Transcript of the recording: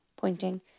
pointing